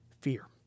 fear